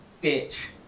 ditch